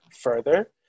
further